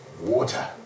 water